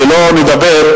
שלא נדבר,